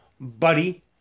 buddy